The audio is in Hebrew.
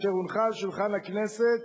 התשס"ח, אשר הונחה על שולחן הכנסת